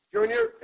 Junior